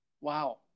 Wow